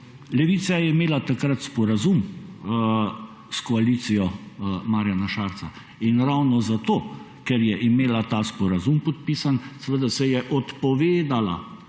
Levica je imela takrat sporazum s koalicijo Marjana Šarca, in ravno zato, ker je imela ta sporazum podpisan, se je odpovedala